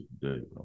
today